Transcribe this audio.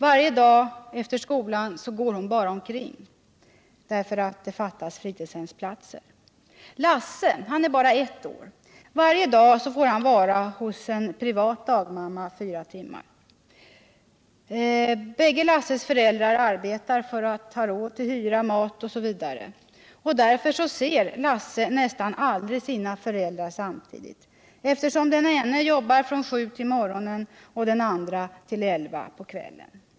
Varje dag efter skolan går hon bara omkring därför att det fattas fritidshemsplatser. Lasse är bara ett år. Varje dag får han vara hos en privat dagmamma fyra timmar. Båda Lasses föräldrar arbetar för att ha råd till hyra, mat osv. Därför ser Lasse nästan aldrig sina föräldrar samtidigt eftersom den ena jobbar från 7 på morgonen och den andra till 11 på kvällen.